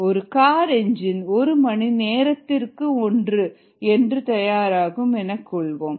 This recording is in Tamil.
ஒரு கார் என்ஜின் ஒரு மணி நேரத்திற்கு 1 என்று தயாராகும் என்று கொள்வோம்